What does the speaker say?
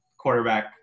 Quarterback